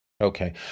Okay